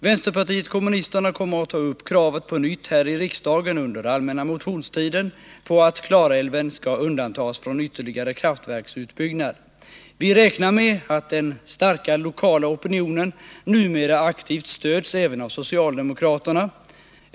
Vänsterpartiet kommunisterna kommer här i riksdagen under allmänna motionstiden att på nytt ta upp kravet på att Klarälven skall undantas från ytterligare kraftverksutbyggnad. Vi räknar med att den starka lokala opinionen numera aktivt stöds också av socialdemokraterna.